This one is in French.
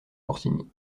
orsini